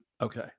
okay